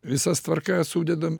visas tvarkas sudedam